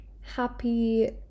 happy